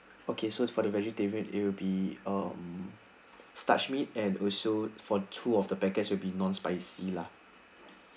okay so for the vegetarian it'll be um starch meat and also for two of the packets will be non-spicy lah